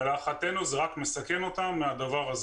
ולהערכתנו הדבר הזה מסכן אותם.